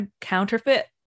counterfeit